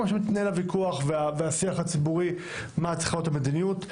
שמתנהל הוויכוח והשיח הציבורי מה צריכה להיות המדיניות.